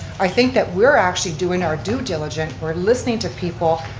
i think that we're actually doing our due diligence, we're listening to people,